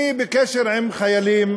אני בקשר עם חיילים